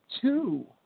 two